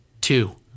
Two